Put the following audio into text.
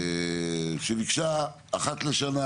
שביקשה אחת לשנה